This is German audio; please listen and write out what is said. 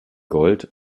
gold